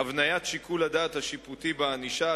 (הבניית שיקול הדעת השיפוטי בענישה),